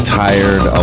tired